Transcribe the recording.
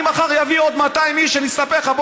אני מחר אביא עוד 200 איש, אני אספר לך.